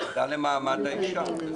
הוועדה למעמד האישה.